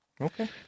Okay